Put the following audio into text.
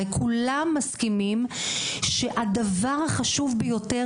הרי כולם מסכימים שהדבר החשוב ביותר